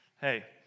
hey